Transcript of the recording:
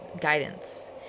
guidance